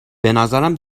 بنظرم